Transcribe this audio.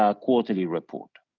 um quarterly report.